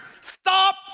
Stop